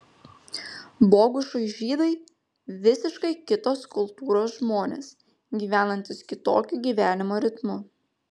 bogušui žydai visiškai kitos kultūros žmonės gyvenantys kitokiu gyvenimo ritmu